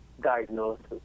diagnosis